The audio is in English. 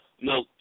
no